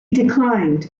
declined